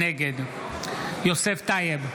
נגד יוסף טייב,